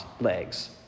legs